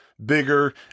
bigger